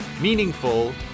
meaningful